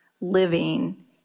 living